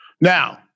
Now